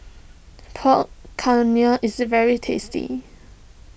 Pork is very tasty